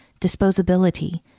disposability